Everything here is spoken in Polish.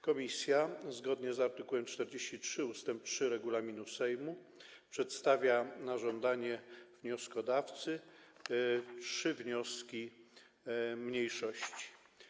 Komisja zgodnie z art. 43 ust. 3 regulaminu Sejmu przedstawia na żądanie wnioskodawcy trzy wnioski mniejszości.